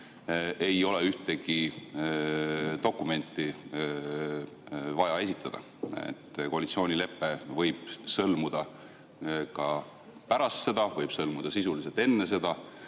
ei ole ühtegi dokumenti vaja esitada. Koalitsioonilepe võib sõlmuda ka pärast seda, võib sõlmuda sisuliselt enne seda,